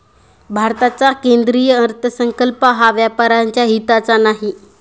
भारताचा केंद्रीय अर्थसंकल्प हा व्यापाऱ्यांच्या हिताचा नाही